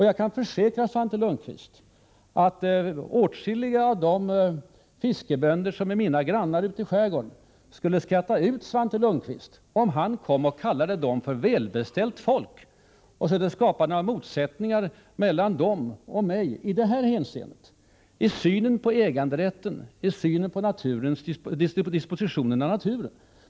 Jag kan försäkra Svante Lundkvist att åtskilliga av de fiskebönder som är mina grannar ute i skärgården skulle skratta ut Svante Lundkvist, om han kom och kallade dem för välbeställt folk och försökte skapa motsättningar mellan dem och mig i det här hänseendet, i synen på äganderätten och i synen på dispositionen av naturen.